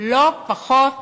לא פחות